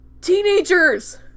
teenagers